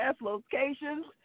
locations